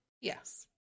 Yes